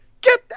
Get